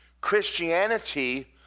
Christianity